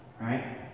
right